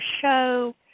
show